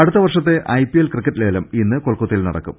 അടുത്ത വർഷത്തെ IPL cricket ലേലം ഇന്ന് കൊൽക്ക ത്തയിൽ നട്ക്കും